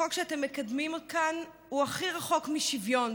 החוק שאתם מקדמים כאן הוא הכי רחוק משוויון,